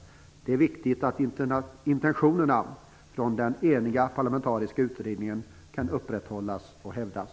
Det är viktigt att intentionerna från den eniga parlamentariska utredningen kan upprätthållas och hävdas.